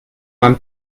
man